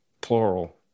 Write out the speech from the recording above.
plural